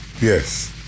Yes